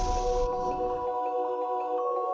oh,